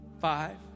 five